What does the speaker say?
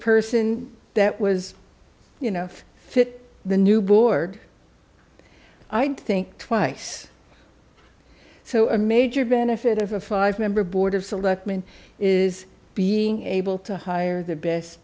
person that was you know fit the new board i'd think twice so a major benefit of a five member board of selectmen is being able to hire the best